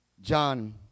John